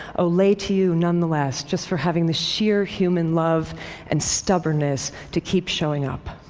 ole! to you, nonetheless, just for having the sheer human love and stubbornness to keep showing up.